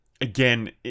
again